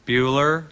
Bueller